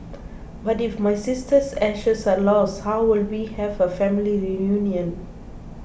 but if my sister's ashes are lost how will we have a family reunion